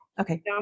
Okay